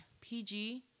PG